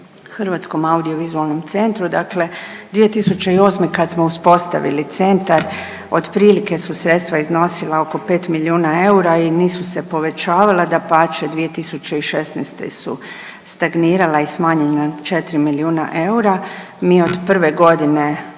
Hrvatskom audio vizualnom centru. Dakle, 2008. kad smo uspostavili centar otprilike su sredstva iznosila oko 5 milijuna eura i nisu se povećavala. Dapače, 2016. su stagnirala i smanjena na 4 milijuna eura. Mi od prve godine